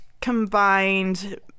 combined